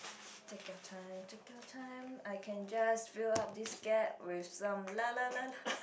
take your time take your time I can just fill up this gap with some la la la la